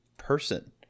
person